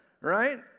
Right